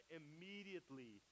immediately